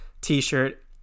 t-shirt